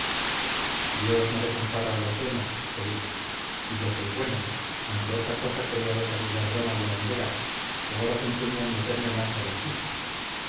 dios no desampara a los buenos se dijo y yo soy bueno aunque otra cosa crea esa bigardona volandera que ahora se empeña en meterme monje del císter